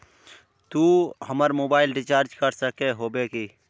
तू हमर mobile recharge कर सके होबे की?